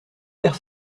père